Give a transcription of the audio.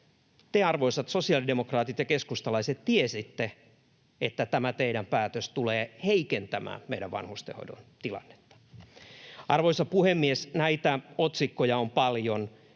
Te, arvoisat sosiaalidemokraatit ja keskustalaiset, tiesitte, että tämä teidän päätöksenne tulee heikentämään meidän vanhustenhoidon tilannetta. Arvoisa puhemies! Otsikkoja näistä on paljon.